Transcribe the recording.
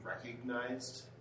recognized